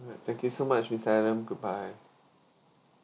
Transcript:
alright thank you so much mister adam goodbye